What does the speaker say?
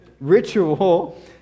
Ritual